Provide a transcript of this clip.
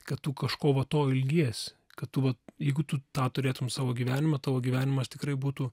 kad tu kažko va to ilgiesi kad tu vat jeigu tu tą turėtum savo gyvenime tavo gyvenimas tikrai būtų